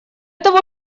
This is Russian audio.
того